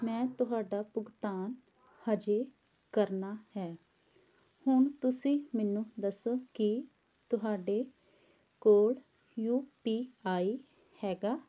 ਮੈਂ ਤੁਹਾਡਾ ਭੁਗਤਾਨ ਹਜੇ ਕਰਨਾ ਹੈ ਹੁਣ ਤੁਸੀਂ ਮੈਨੂੰ ਦੱਸੋ ਕਿ ਤੁਹਾਡੇ ਕੋਲ ਯੂ ਪੀ ਆਈ ਹੈਗਾ